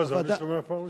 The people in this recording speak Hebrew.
את זה אני שומע פעם ראשונה.